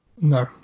no